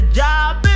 job